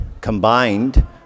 combined